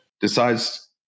decides